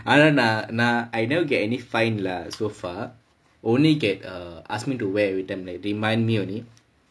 ஆனா நான் நான்:aanaa naan naan I never get any fine lah so far only get err ask me to wear everytime like remind me only